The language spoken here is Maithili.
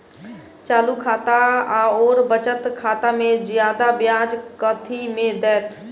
चालू खाता आओर बचत खातामे जियादा ब्याज कथी मे दैत?